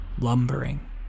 lumbering